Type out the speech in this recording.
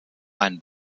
ein